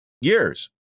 years